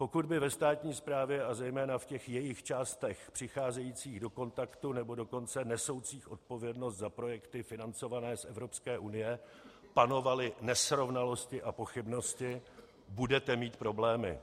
Pokud by ve státní správě, a zejména v jejích částech přicházejících do kontaktu, nebo dokonce nesoucích odpovědnost za projekty financované z Evropské unie, panovaly nesrovnalosti a pochybnosti, budete mít problémy.